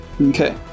Okay